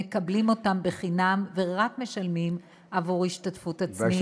מקבלים אותן חינם ורק משלמים השתתפות עצמית,